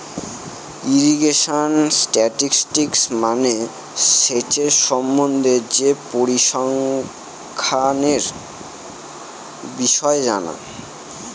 irrigation statistics মানে সেচের সম্বন্ধে যে পরিসংখ্যানের বিষয় জানা